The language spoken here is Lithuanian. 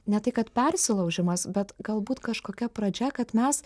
ne tai kad persilaužimas bet galbūt kažkokia pradžia kad mes